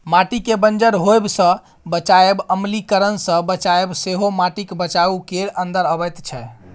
माटिकेँ बंजर होएब सँ बचाएब, अम्लीकरण सँ बचाएब सेहो माटिक बचाउ केर अंदर अबैत छै